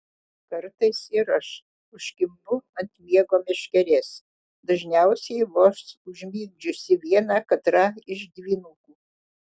kartais ir aš užkimbu ant miego meškerės dažniausiai vos užmigdžiusi vieną katrą iš dvynukų